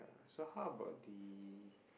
so how about the